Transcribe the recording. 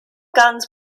guns